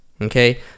okay